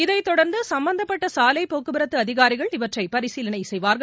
இதைத் தொடர்ந்து சும்பந்தப்பட்ட சாலை போக்குவரத்து அதிகாரிகள் இவற்றை பரிசீலனை செய்வார்கள்